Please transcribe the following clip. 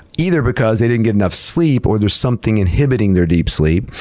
either because they didn't get enough sleep, or there's something inhibiting their deep sleep.